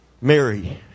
Mary